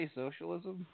socialism